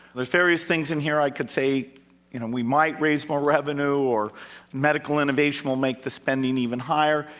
there are various things in here i could say we might raise more revenue, or medical innovation will make the spending even higher.